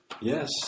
yes